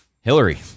Hillary